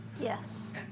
Yes